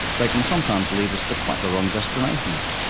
like um sometimes lead us to quite the wrong destinations.